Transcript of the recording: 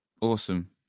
awesome